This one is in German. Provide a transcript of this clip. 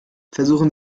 versuchen